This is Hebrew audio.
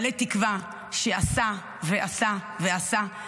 מלא תקווה שעשה ועשה ועשה.